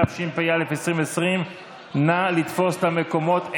התשפ"א 2020. נא לתפוס את המקומות,